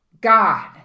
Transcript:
God